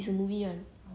really